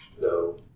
No